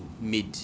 mid